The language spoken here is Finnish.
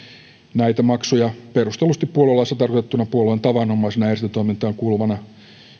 näitä maksuja perustellusti puoluelaissa tarkoitettuna puolueen tavanomaiseen järjestötoimintaan kuuluvana